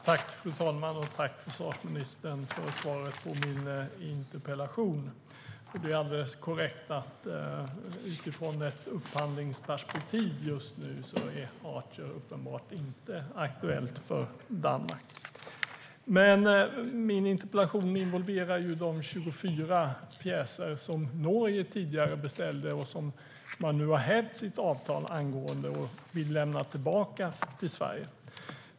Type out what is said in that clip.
Fru talman! Tack, försvarsministern, för svaret på min interpellation! Det är alldeles korrekt att utifrån ett upphandlingsperspektiv just nu är Archer inte aktuellt för Danmark. Men min interpellation involverar de 24 pjäser som Norge tidigare beställde och som man nu har hävt sitt avtal angående och vill lämna tillbaka till Sverige.